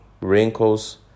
wrinkles